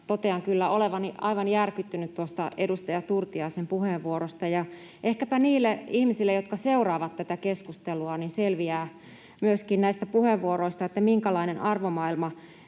kyllä olevani aivan järkyttynyt tuosta edustaja Turtiaisen puheenvuorosta. Ehkäpä niille ihmisille, jotka seuraavat tätä keskustelua, selviää myöskin näistä puheenvuoroista, minkälainen arvomaailma